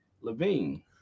Levine